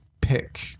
pick